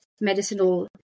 medicinal